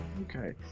Okay